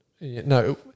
No